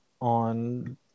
on